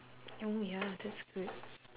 oh ya that's good